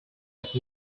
but